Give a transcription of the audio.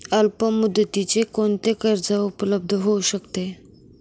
अल्पमुदतीचे कोणते कर्ज उपलब्ध होऊ शकते?